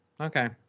Okay